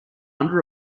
under